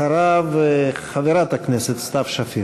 אחריו, חברת הכנסת סתיו שפיר.